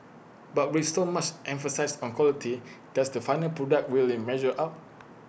but with so much emphasis on quality does the final product really measure up